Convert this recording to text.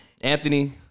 Anthony